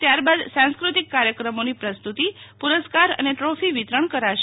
ત્યારબાદ સાંસ્કૃતિક કાર્યક્રમોની પ્રસ્તુતિ પુરસ્કાર અને ટ્રોફી વિતરણ કરાશે